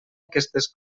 aquestes